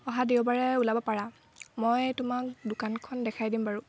অহা দেওবাৰে ওলাব পাৰা মই তোমাক দোকানখন দেখাই দিম বাৰু